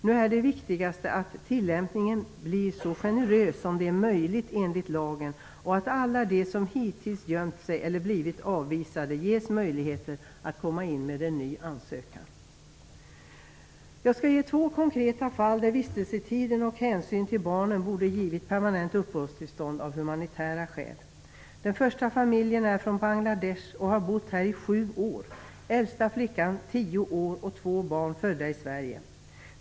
Nu är det viktigaste att tillämpningen blir så generös som det är möjligt enligt lagen och att alla de som hittills gömt sig eller blivit avvisade ges möjlighet att komma in med en ny ansökan. Jag skall ge två konkreta fall som exempel där vistelsetiden och hänsyn till barnen borde ha givit permanent uppehållstillstånd av humanitära skäl. Det första gäller en familj från Bangladesh som har bott här i sju år. Den äldsta flickan är tio år, två av barnen är födda i Sverige.